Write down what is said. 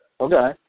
Okay